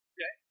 Okay